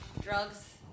Drugs